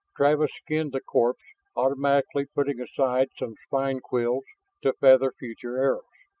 travis skinned the corpse, automatically putting aside some spine quills to feather future arrows.